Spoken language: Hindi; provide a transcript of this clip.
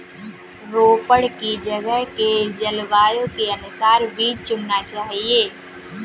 रोपड़ की जगह के जलवायु के अनुसार बीज चुनना चाहिए